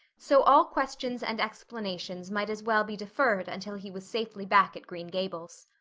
so all questions and explanations might as well be deferred until he was safely back at green gables.